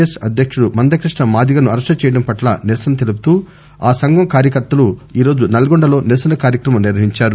yes అధ్యకుడు మంద కృష్ణ మాదిగను arrest చేయడం పట్ల నిరసన తెలుపుతూ ఆ సంఘం కార్యకర్తలు ఈ రోజు నల్గొండలో నిరసన కార్యక్రమం నిర్వహించారు